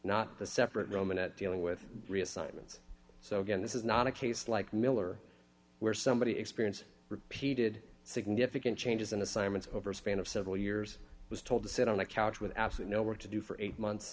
separate roman at dealing with reassignments so again this is not a case like miller where somebody's experience repeated significant changes in assignments over a span of several years was told to sit on a couch with absolute no work to do for eight months